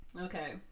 Okay